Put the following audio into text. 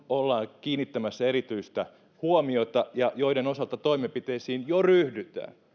ollaan kiinnittämässä erityisestä huomiota ja joiden osalta toimenpiteisiin jo ryhdytään